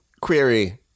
query